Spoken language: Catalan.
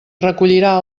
recollirà